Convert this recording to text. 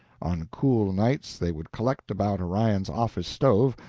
on cool nights they would collect about orion's office-stove,